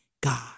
God